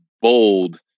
bold